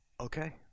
okay